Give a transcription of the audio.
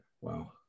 Wow